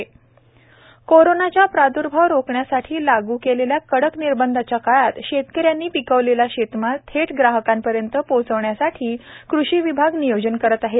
दादाजी भ्से कोरोनाचा प्रादुर्भाव रोखण्यासाठीलागू केलेल्या कडक निर्बधांच्या काळात शेतकऱ्यांनी पिकवलेला शेतमाल थेट ग्राहकांपर्यंत पोचवण्यासाठी कृषी विभाग नियोजन करत आहे